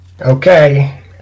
Okay